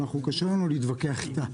קשה לנו להתווכח איתה.